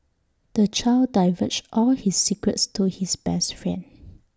the child divulged all his secrets to his best friend